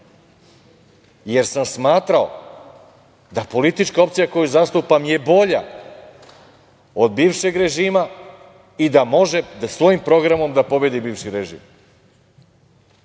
jer sam smatrao da politička opcija koju zastupam je bolja od bivšeg režima i da može svojim programom da pobedi bivši režim.